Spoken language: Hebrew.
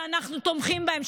שאנחנו תומכים בהם,